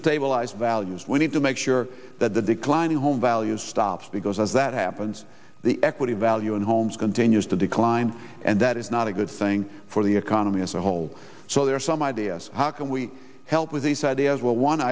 stabilize values when to make sure that the decline in home values stops because as that happens the equity value in homes continues to decline and that is not a good thing for the economy as a whole so there are some ideas how can we help with these ideas where one